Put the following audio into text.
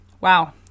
Wow